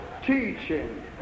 teaching